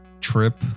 trip